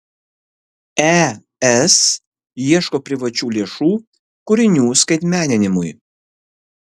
es ieško privačių lėšų kūrinių skaitmeninimui